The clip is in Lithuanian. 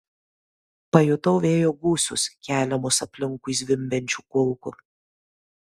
pajutau vėjo gūsius keliamus aplinkui zvimbiančių kulkų